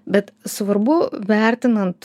bet svarbu vertinant